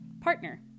partner